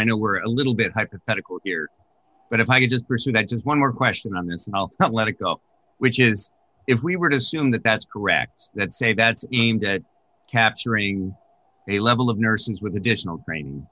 i know we're a little bit hypothetical here but if i could just pursue that just one more question on this and i'll let it go which is if we were to see him that that's correct that say that's aimed at capturing a level of nurses with additional training